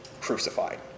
crucified